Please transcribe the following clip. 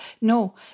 no